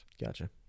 Gotcha